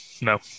No